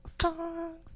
songs